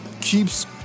keeps